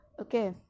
Okay